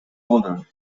older